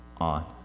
on